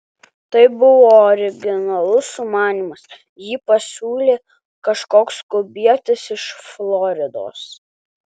tai buvo originalus sumanymas jį pasiūlė kažkoks kubietis iš floridos